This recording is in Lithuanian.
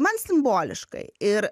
man simboliškai ir